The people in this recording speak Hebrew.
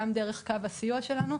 גם דרך קו הסיוע שלנו.